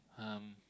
um